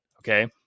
okay